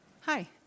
Hi